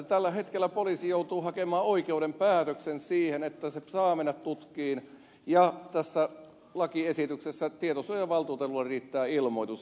tällä hetkellä poliisi joutuu hakemaan oikeuden päätöksen siihen että se saa mennä tutkimaan ja tässä lakiesityksessä riittää ilmoitus tietosuojavaltuutetulle